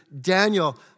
Daniel